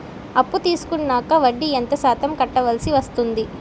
అప్పు తీసుకున్నాక వడ్డీ ఎంత శాతం కట్టవల్సి వస్తుంది?